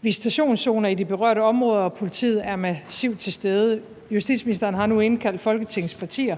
visitationszoner i de berørte områder, og politiet er massivt til stede. Justitsministeren har nu indkaldt Folketingets partier